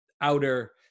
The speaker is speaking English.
outer